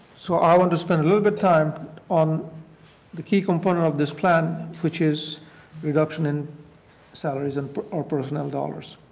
so i want to spend a little bit of time on the key component of this plan which is reduction in salaries and or personnel dollars,